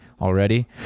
already